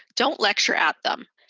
don't lecture at them.